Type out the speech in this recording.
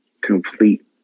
complete